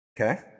Okay